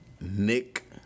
Nick